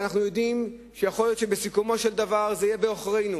ואנחנו יודעים שיכול להיות שבסיכומו של דבר זה יהיה בעוכרינו,